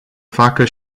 facă